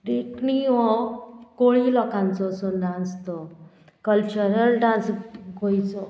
देखणी हो कोळी लोकांचो असो डांस तो कल्चरल डांस गोंयचो